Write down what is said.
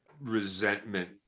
resentment